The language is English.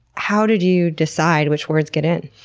how did you decide which words get in?